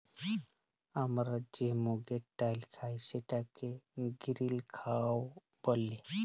আমরা যে মুগের ডাইল খাই সেটাকে গিরিল গাঁও ব্যলে